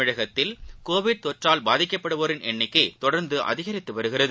தமிழகத்தில் கோவிட் தொற்றால் பாதிக்கப்படுவோரின் எண்ணிக்கைதொடர்ந்துஅதிகரித்துவருகிறது